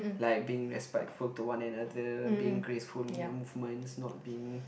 like being respectful to one another being graceful in your movements not being